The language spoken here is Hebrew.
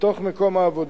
בתוך מקום העבודה,